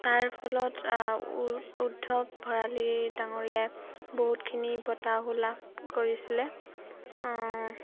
তাৰ ফলত উ উদ্ধৱ ভৰালী ডাঙৰীয়াই বহুতখিনি বঁটাও লাভ কৰিছিলে